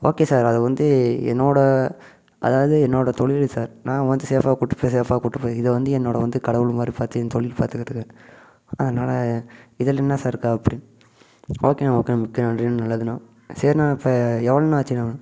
okay sir அது வந்து என்னோடய அதாவது என்னோடய தொழில் சார் நான் வந்து ஷேஃபாக கூப்பிட்டுப்போய் ஷேஃபாக கூட்டுப்போய் இது வந்து என்னோடய வந்து கடவுள்மாதிரி பார்த்து என் தொழில் பார்த்துக்கிட்டு இருக்கேன் அதனால இதில் என்ன சார் இருக்குது அப்படி ஓகேண்ணா ஓகேண்ணா மிக்க நன்றி நல்லதுண்ணா சரிண்ணா இப்போ எவ்வளோண்ணா ஆச்சுண்ணா